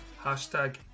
Hashtag